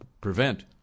prevent